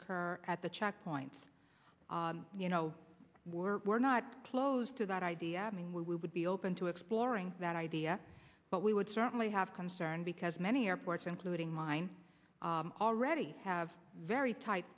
occur at the checkpoints you know we're not close to that idea i mean we would be open to exploring that idea but we would certainly have concern because many airports including mine already have very tight